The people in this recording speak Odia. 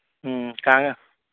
ହୁଁ କାଁଣା